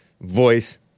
voice